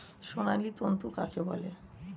সোনালী তন্তু কাকে বলে?